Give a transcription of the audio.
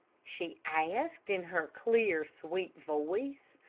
she asked, in her clear, sweet voice.